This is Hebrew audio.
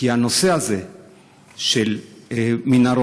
כי הנושא הזה של המנהרות,